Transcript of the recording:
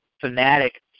fanatic